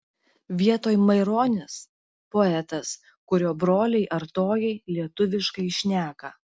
vietoj maironis poetas kurio broliai artojai lietuviškai šneka